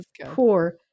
poor